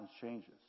changes